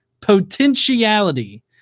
potentiality